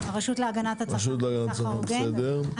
הרשות להגנת הצרכן וסחר הוגן.